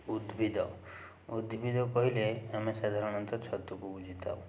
ଉଦ୍ଭିଦ ଉଦ୍ଭିଦ କହିଲେ ଆମେ ସାଧାରଣତଃ ଛତୁକୁ ବୁଝିଥାଉ